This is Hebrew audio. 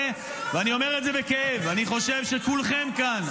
אגב, אני אומר שיכולות להיות עמדות מדיניות.